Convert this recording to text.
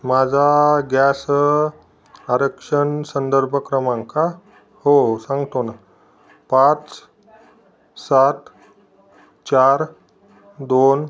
माझा गॅस आरक्षण संदर्भ क्रमांक का हो सांगतो ना पाच सात चार दोन